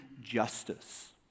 justice